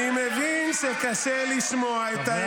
אני מבין שקשה לשמוע את האמת.